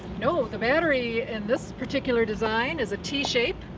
no, the battery in this particular design is a t-shape,